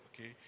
okay